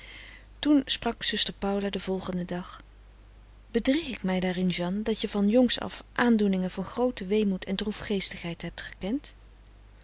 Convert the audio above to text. toen sprak zuster paula den volgenden dag bedrieg ik mij daarin jeanne dat je van jongs af aandoeningen van grooten weemoed en droefgeestigheid hebt gekend